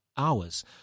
hours